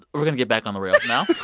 we're going to get back on the rails now